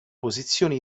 posizione